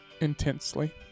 intensely